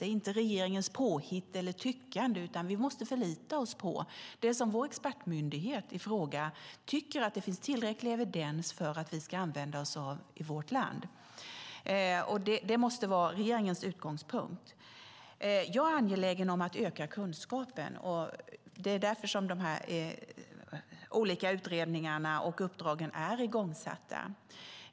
Det är inte regeringens påhitt eller tyckande, utan vi måste förlita oss på det som vår expertmyndighet i fråga tycker att det finns tillräcklig evidens för att vi ska använda oss av i vårt land. Det måste vara regeringens utgångspunkt. Jag är angelägen om att öka kunskapen. Det är därför som de olika utredningarna och uppdragen är igångsatta.